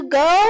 go